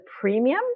premium